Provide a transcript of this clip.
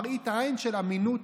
מראית עין של אמינות.